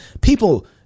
people